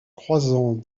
croisant